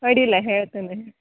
ಅಡ್ಡಿಲ್ಲ ಹೇಳ್ತೇನೆ